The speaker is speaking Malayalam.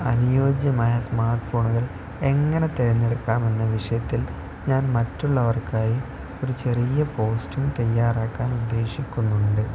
അനുയോജ്യമായ സ്മാർട്ട് ഫോണുകൾ എങ്ങനെ തിരഞ്ഞെടുക്കാം എന്ന വിഷയത്തിൽ ഞാൻ മറ്റുള്ളവർക്കായി ഒരു ചെറിയ പോസ്റ്റും തയ്യാറാക്കാൻ ഉദ്ദേശിക്കുന്നുണ്ട്